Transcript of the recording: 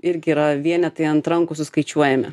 irgi yra vienetai ant rankų suskaičiuojami